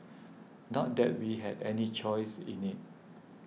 not that we had any choice in it